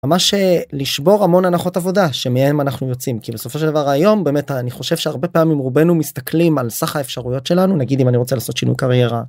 ממש א...לשבור המון הנחות עבודה, שמהם אנחנו יוצאים, כי בסופו של דבר היום, באמת, א-אני חושב שהרבה פעמים רובנו מסתכלים על סך האפשרויות שלנו, נגיד אם אני רוצה לעשות שינוי קריירה,